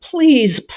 Please